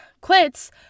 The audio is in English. quits